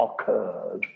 occurred